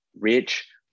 rich